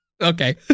Okay